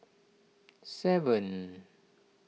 seven